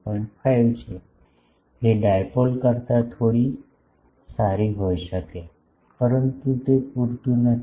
5 છે જે ડીપોલ કરતા થોડી સારી હોઇ શકે પરંતુ તે પૂરતું નથી